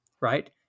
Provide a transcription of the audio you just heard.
Right